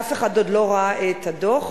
אף אחד עוד לא ראה את הדוח.